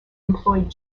employed